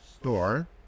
store